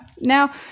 Now